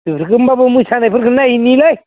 बेफोरखौ होमबाबो मोसानायफोरखौ नायहिनोलै